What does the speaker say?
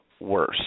worse